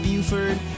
Buford